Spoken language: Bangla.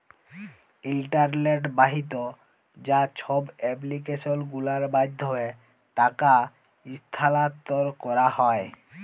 ইলটারলেট বাহিত যা ছব এপ্লিক্যাসল গুলার মাধ্যমে টাকা ইস্থালাল্তর ক্যারা হ্যয়